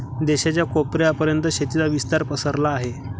देशाच्या कोपऱ्या पर्यंत शेतीचा विस्तार पसरला आहे